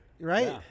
Right